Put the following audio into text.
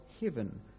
heaven